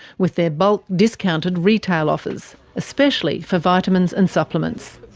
with their bulk, discounted retail offers, especially for vitamins and supplements.